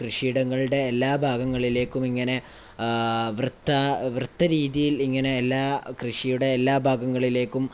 കൃഷിയിടങ്ങളുടെ എല്ലാ ഭാഗങ്ങളിലേക്കും ഇങ്ങനെ വൃത്ത രീതിയിൽ ഇങ്ങനെ എല്ലാ കൃഷിയുടെ എല്ലാ ഭാഗങ്ങളിലേക്കും